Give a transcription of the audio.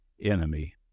enemy